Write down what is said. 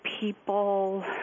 People